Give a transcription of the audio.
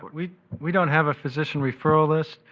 we we don't have a physician referral list.